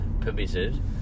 permitted